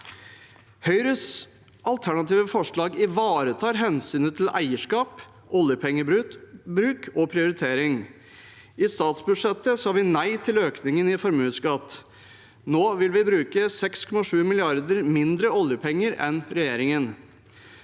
Høyres alternative forslag ivaretar hensynet til eierskap, oljepengebruk og prioritering. I statsbudsjettet sa vi nei til økningen i formuesskatt. Nå vil vi bruke 6,7 mrd. kr mindre oljepenger enn regjeringen.